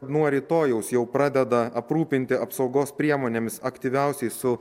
nuo rytojaus jau pradeda aprūpinti apsaugos priemonėmis aktyviausiai su